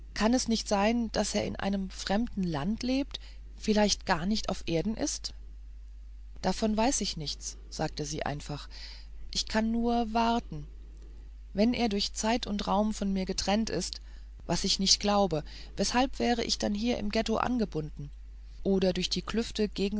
kann es nicht sein daß er in einem fernen land lebt vielleicht gar nicht auf erden ist davon weiß ich nichts sagte sie einfach ich kann nur warten wenn er durch zeit und raum von mir getrennt ist was ich nicht glaube weshalb wäre ich dann hier im ghetto angebunden oder durch die klüfte